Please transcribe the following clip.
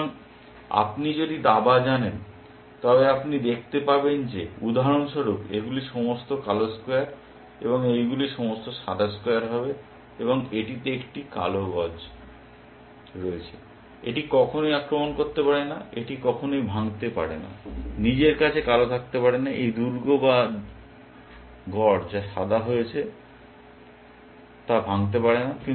সুতরাং আপনি যদি দাবা জানেন তবে আপনি দেখতে পাবেন যে উদাহরণস্বরূপ এগুলি সমস্ত কালো স্কোয়ার এবং এইগুলি সমস্ত সাদা স্কোয়ার হবে এবং এটিতে একটি কালো গজ রয়েছে এটি কখনই আক্রমণ করতে পারে না এটি কখনই ভাঙতে পারে না নিজের কাছে কালো থাকতে পারে না এই দুর্গ যা সাদা তৈরি করেছে তা ভাঙতে পারে না